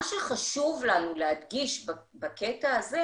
מה שחשוב לנו להדגיש בקטע הזה